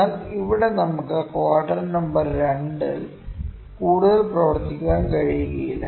എന്നാൽ ഇവിടെ നമുക്ക് ക്വാഡ്രന്റ് നമ്പർ 2 ൽ കൂടുതൽ പ്രവർത്തിക്കാൻ കഴിയില്ല